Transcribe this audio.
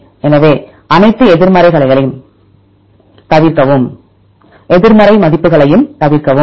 எனவே அனைத்து எதிர்மறை மதிப்புகளையும் தவிர்க்கவும்